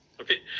Okay